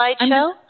slideshow